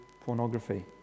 pornography